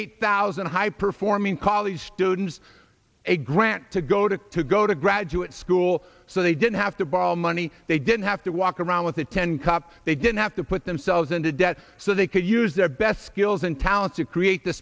eight thousand high performing college students a grant to go to to go to graduate school so they didn't have to borrow money they didn't have to walk around with a ten cup they didn't have to put themselves into debt so they could use their best skills and talent to create the